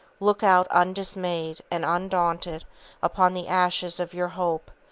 look out undismayed and undaunted upon the ashes of your hope,